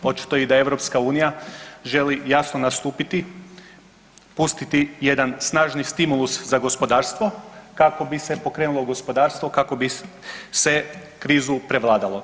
Očito i da EU želi jasno nastupiti, pustiti jedan snažni stimulus za gospodarstvo kao bi se pokrenulo gospodarstvo, kako bi se krizu prevladalo.